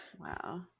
Wow